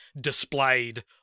displayed